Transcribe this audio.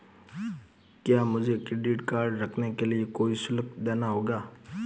क्या मुझे credit card रखने के लिए कोई शुल्क देना होगा?